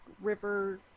river